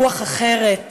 ברוך אתה